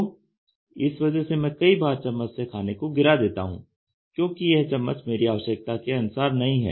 तो इस वजह से मैं कई बार चम्मच से खाने को गिरा देता हूं क्योंकि यह चम्मच मेरी आवश्यकता के अनुसार नहीं है